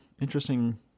interesting